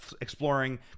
exploring